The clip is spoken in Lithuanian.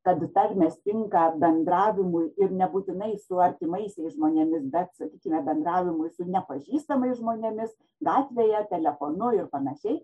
kad tarmės tinka bendravimui ir nebūtinai su artimaisiais žmonėmis bet sakykime bendravimui su nepažįstamais žmonėmis gatvėje telefonu ir panašiai